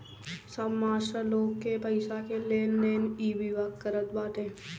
सब मास्टर लोग के पईसा के लेनदेन इ विभाग करत बाटे